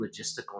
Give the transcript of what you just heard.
logistical